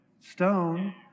stone